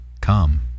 come